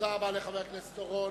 תודה רבה לחבר הכנסת אורון.